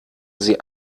sie